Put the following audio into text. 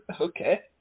Okay